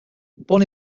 born